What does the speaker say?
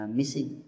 missing